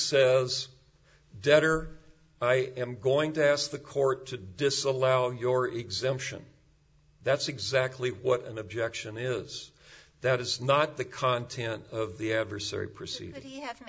says debtor i am going to ask the court to disallow your exemption that's exactly what an objection is that is not the content of the adversary procedure he has